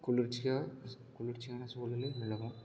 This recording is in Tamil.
குளிர்ச்சியான குளிர்ச்சியான சூழல் நிலவும்